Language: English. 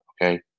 Okay